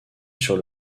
sur